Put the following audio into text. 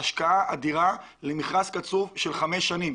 השקעה אדירה למכרז קצוב של חמש שנים